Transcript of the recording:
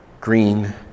green